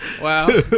Wow